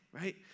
right